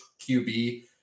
QB